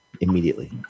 immediately